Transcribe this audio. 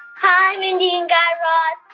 hi, mindy and guy raz.